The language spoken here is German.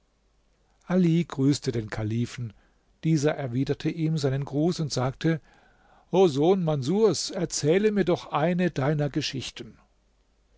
ali grüßte den kalifen dieser erwiderte ihm seinen gruß und sagte o sohn manßurs erzähle mir doch eine deiner geschichten